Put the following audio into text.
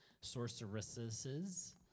sorceresses